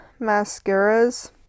Mascaras